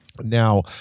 Now